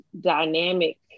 dynamic